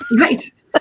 right